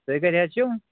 تُہۍ کَتہِ حظ چھِو